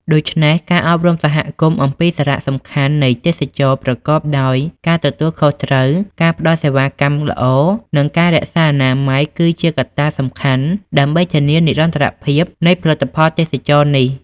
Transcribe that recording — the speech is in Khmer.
ដូច្នេះ ការអប់រំសហគមន៍អំពីសារៈសំខាន់នៃទេសចរណ៍ប្រកបដោយការទទួលខុសត្រូវ ការផ្ដល់សេវាកម្មល្អ និងការរក្សាអនាម័យគឺជាកត្តាសំខាន់ដើម្បីធានានិរន្តរភាពនៃផលិតផលទេសចរណ៍នេះ។